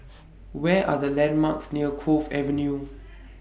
Where Are The landmarks near Cove Avenue